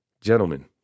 gentlemen